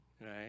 right